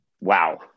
Wow